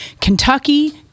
Kentucky